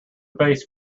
face